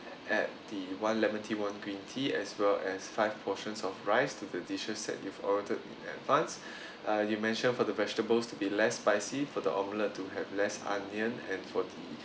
add the one lemon tea one green tea as well as five portions of rice to the dishes set you've ordered in advance uh you mentioned for the vegetables to be less spicy for the omelette to have less onion and for the